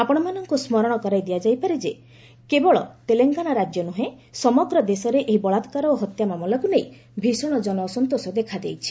ଆପଣମାନଙ୍କୁ ସ୍ମରଣ କରାଇ ଦିଆଯାଇପାରେ କେବଳ ତେଲଙ୍ଗାନା ରାଜ୍ୟ ନୁହେଁ ସମଗ୍ର ଦେଶରେ ଏହି ବଳାକାର ଓ ହତ୍ୟା ମାମଲାକୁ ନେଇ ଭୀଷଣ ଜନଅସନ୍ତୋଷ ଦେଖାଦେଇଛି